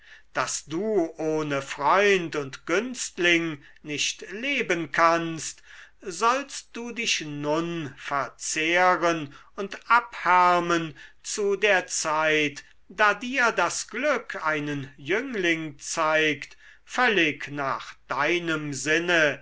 daß du ohne freund und günstling nicht leben kannst sollst du dich nun verzehren und abhärmen zu der zeit da dir das glück einen jüngling zeigt völlig nach deinem sinne